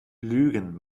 lügen